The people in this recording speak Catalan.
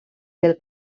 pel